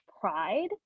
pride